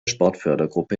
sportfördergruppe